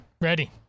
Ready